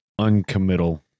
uncommittal